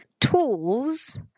tools